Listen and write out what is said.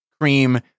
cream-